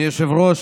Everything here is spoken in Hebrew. אדוני היושב-ראש,